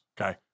Okay